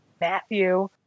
Matthew